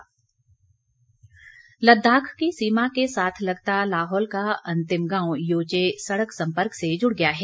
सड़क सम्पर्क लद्दाख की सीमा के साथ लगता लाहौल का अंतिम गांव योचे सड़क सम्पर्क से जुड़ गया है